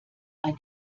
ein